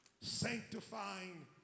sanctifying